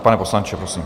Pane poslanče, prosím.